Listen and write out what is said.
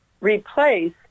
replace